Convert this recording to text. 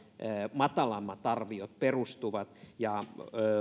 matalammat arviot perustuvat ja